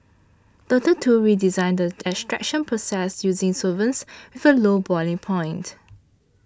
Doctor Tu redesigned the extraction process using solvents with a low boiling point